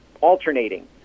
alternating